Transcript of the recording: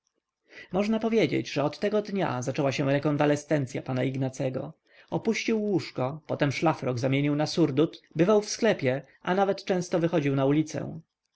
można powiedzieć że od tego dnia zaczęła się rekonwalescencya pana ignacego opuścił łóżko potem szlafrok zamienił na surdut bywał w sklepie i nawet często wychodził na ulicę